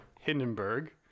Hindenburg